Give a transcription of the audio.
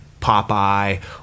Popeye